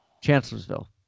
Chancellorsville